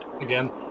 again